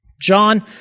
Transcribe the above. John